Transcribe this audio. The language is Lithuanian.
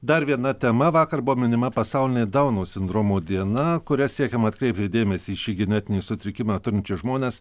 dar viena tema vakar buvo minima pasaulinė dauno sindromo diena kuria siekiama atkreipti dėmesį į šį genetinį sutrikimą turinčius žmones